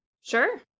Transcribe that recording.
Sure